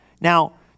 Now